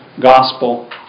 gospel